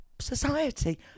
society